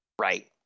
Right